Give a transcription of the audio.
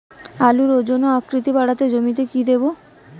আলুর ওজন ও আকৃতি বাড়াতে জমিতে কি দেবো?